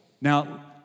Now